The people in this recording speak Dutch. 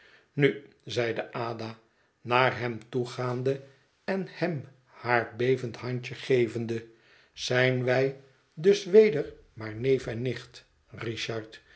nu zeide ada naar hem toe gaande en hem haar bevend handje gevende zijn wij dus weder maar neef en nicht richard